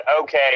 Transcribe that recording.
okay